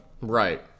Right